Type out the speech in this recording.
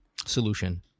solution